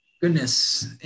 goodness